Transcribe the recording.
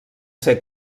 ser